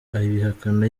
abihakana